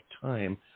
time